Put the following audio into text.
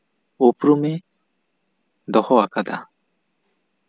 ᱩᱯᱨᱩᱢ ᱮ ᱫᱚᱦᱚ ᱟᱠᱟᱫᱟ